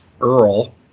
earl